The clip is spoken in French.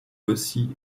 aussi